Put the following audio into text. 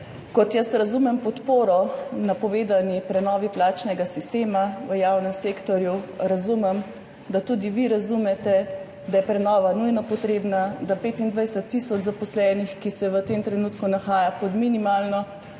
Kot jaz razumem podporo napovedani prenovi plačnega sistema v javnem sektorju, razumem, da tudi vi razumete, da je prenova nujno potrebna, da si 25 tisoč zaposlenih, ki se v tem trenutku nahajajo pod minimalno